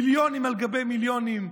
מיליונים על גבי מיליונים,